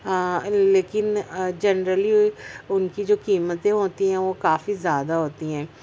لیکن جنرلی ان کی جو قیمتیں ہوتی ہیں وہ کافی زیادہ ہوتی ہیں